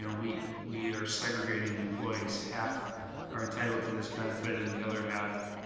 and we we are segregating employees. half are entitled to this benefit and the other half,